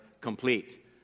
complete